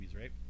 right